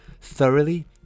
Thoroughly